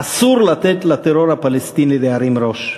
אסור לתת לטרור הפלסטיני להרים ראש.